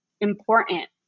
important